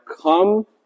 come